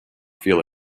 feel